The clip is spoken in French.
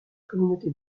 communauté